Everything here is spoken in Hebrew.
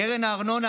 קרן הארנונה,